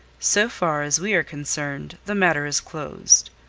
so far as we are concerned, the matter is closed.